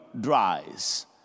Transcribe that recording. dries